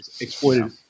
exploited